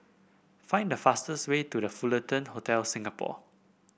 find the fastest way to The Fullerton Hotel Singapore